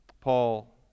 Paul